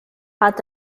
hat